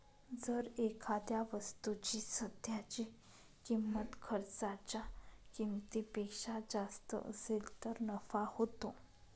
जर एखाद्या वस्तूची सध्याची किंमत खर्चाच्या किमतीपेक्षा जास्त असेल तर नफा होतो